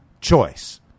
choice